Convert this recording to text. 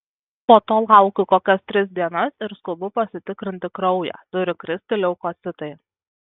po to laukiu kokias tris dienas ir skubu pasitikrinti kraują turi kristi leukocitai